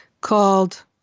called